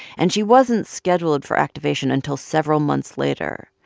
and she wasn't scheduled for activation until several months later.